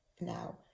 Now